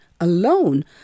alone